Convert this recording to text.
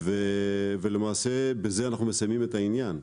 ולמעשה בזה אנחנו מסיימים את העניין.